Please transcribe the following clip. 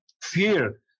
fear